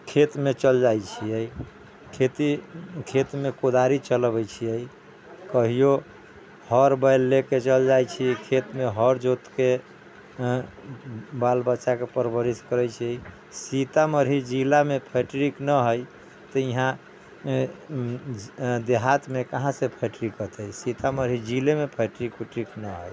खेत मे चल जाइ छियै खेती खेत मे कोदारि चलबै छियै कहियो हर बैल ले के चल जाइ छियै खेत मे हर जोत के बाल बच्चा कऽ परवरिश करै छियै सीतामढ़ी जिलामे फैक्ट्रिक न हय तऽ इहाँ देहात मे कहाँ से फैक्ट्रिक औतै सीतामढ़ी जिले मे फैक्ट्रिक उट्रिक न हय